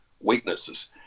weaknesses